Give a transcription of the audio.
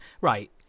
Right